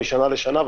משנה לשנה,